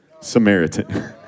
Samaritan